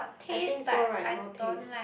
I think so right no taste